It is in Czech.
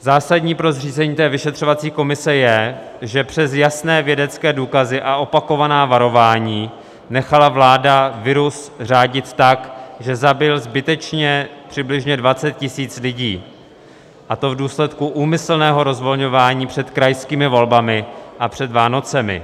Zásadní pro zřízení té vyšetřovací komise je, že přes jasné vědecké důkazy a opakovaná varování nechala vláda virus řádit tak, že zabil zbytečně přibližně 20 000 lidí, a to v důsledku úmyslného rozvolňování před krajskými volbami a před Vánocemi.